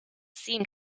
seem